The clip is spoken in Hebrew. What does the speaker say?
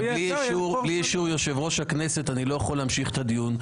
בלי אישור יושב-ראש הכנסת אני לא יכול להמשיך את הדיון.